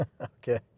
okay